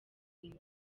inda